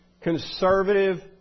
conservative